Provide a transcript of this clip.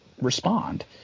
respond